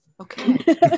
Okay